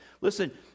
Listen